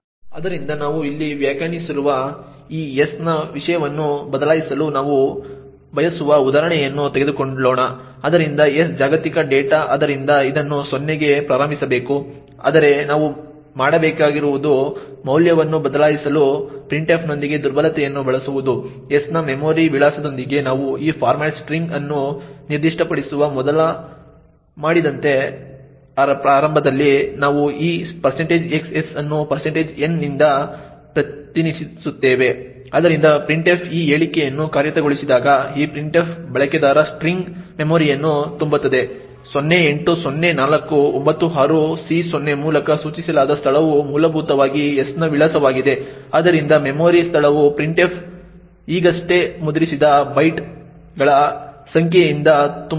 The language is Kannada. ಆದ್ದರಿಂದ ನಾವು ಇಲ್ಲಿ ವ್ಯಾಖ್ಯಾನಿಸಿರುವ ಈ s ನ ವಿಷಯವನ್ನು ಬದಲಾಯಿಸಲು ನಾವು ಬಯಸುವ ಉದಾಹರಣೆಯನ್ನು ತೆಗೆದುಕೊಳ್ಳೋಣ ಆದ್ದರಿಂದ s ಜಾಗತಿಕ ಡೇಟಾ ಆದ್ದರಿಂದ ಇದನ್ನು 0 ಗೆ ಪ್ರಾರಂಭಿಸಬೇಕು ಆದರೆ ನಾವು ಮಾಡಬೇಕಾಗಿರುವುದು ಮೌಲ್ಯವನ್ನು ಬದಲಾಯಿಸಲು printf ನೊಂದಿಗೆ ದುರ್ಬಲತೆಯನ್ನು ಬಳಸುವುದು s ನ ಮೆಮೊರಿ ವಿಳಾಸದೊಂದಿಗೆ ನಾವು ಈ ಫಾರ್ಮ್ಯಾಟ್ ಸ್ಟ್ರಿಂಗ್ ಅನ್ನು ನಿರ್ದಿಷ್ಟಪಡಿಸುವ ಮೊದಲು ಮಾಡಿದಂತೆ ಆರಂಭದಲ್ಲಿ ನಾವು ಈ xs ಅನ್ನು n ನಿಂದ ಪ್ರತಿನಿಧಿಸುತ್ತೇವೆ ಆದ್ದರಿಂದ printf ಈ ಹೇಳಿಕೆಯನ್ನು ಕಾರ್ಯಗತಗೊಳಿಸಿದಾಗ ಈ printf ಬಳಕೆದಾರ ಸ್ಟ್ರಿಂಗ್ ಮೆಮೊರಿಯನ್ನು ತುಂಬುತ್ತದೆ 080496C0 ಮೂಲಕ ಸೂಚಿಸಲಾದ ಸ್ಥಳವು ಮೂಲಭೂತವಾಗಿ s ನ ವಿಳಾಸವಾಗಿದೆ ಆದ್ದರಿಂದ ಮೆಮೊರಿ ಸ್ಥಳವು printf ಈಗಷ್ಟೇ ಮುದ್ರಿಸಿದ ಬೈಟ್ಗಳ ಸಂಖ್ಯೆಯಿಂದ ತುಂಬುತ್ತದೆ